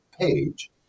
page